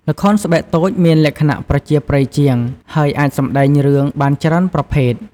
ល្ខោនស្បែកតូចមានលក្ខណៈប្រជាប្រិយជាង ហើយអាចសម្តែងរឿងបានច្រើនប្រភេទ ។